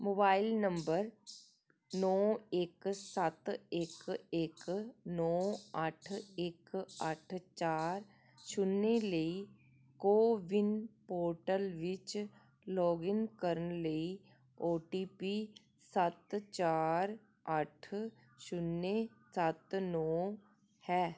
mobile number ਨੌਂ ਇੱਕ ਸੱਤ ਇੱਕ ਇੱਕ ਨੌਂ ਅੱਠ ਇੱਕ ਅੱਠ ਚਾਰ ਛੁਨਿਆ ਲਈ ਕੋਵਿਨ ਪੋਰਟਲ ਵਿੱਚ ਲੌਗਇਨ ਕਰਨ ਲਈ ਓ ਟੀ ਪੀ ਸੱਤ ਚਾਰ ਅੱਠ ਛੁਨਿਆ ਸੱਤ ਨੌਂ ਹੈ